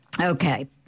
Okay